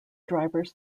drivers